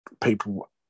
people